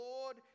Lord